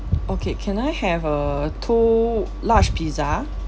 okay can I have uh two large pizza